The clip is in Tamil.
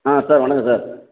ஆ சார் வணக்கம் சார்